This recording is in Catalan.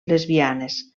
lesbianes